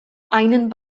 einen